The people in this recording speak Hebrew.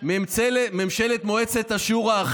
ממשלת מועצת השורא,